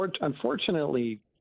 unfortunately